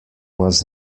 was